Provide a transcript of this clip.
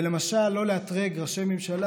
זה למשל לא לאתרג ראשי ממשלה,